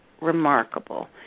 remarkable